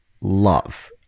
love